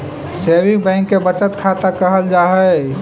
saving bank के बचत खाता कहल जा हइ